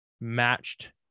matched